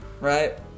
Right